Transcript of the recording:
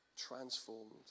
transformed